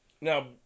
now